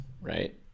right